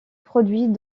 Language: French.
produit